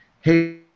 hey